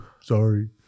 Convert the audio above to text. sorry